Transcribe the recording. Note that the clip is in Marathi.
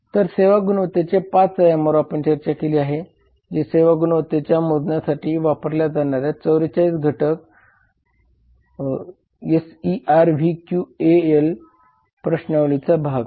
तर सेवा गुणवत्तेचे 5 आयामावर आपण चर्चा केली आहे जे सेवा गुणवत्ता मोजण्यासाठी वापरल्या जाणाऱ्या 44 घटक SERVQUAL प्रश्नावलीचा भाग आहे